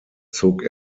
zog